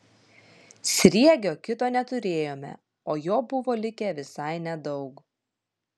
sriegio kito neturėjome o jo buvo likę visai nedaug